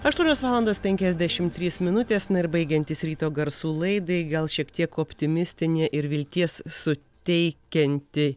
aštuonios valandos penkiasdešimt trys minutės na ir baigiantys ryto garsų laidai gal šiek tiek optimistinė ir vilties suteikianti